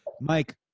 Mike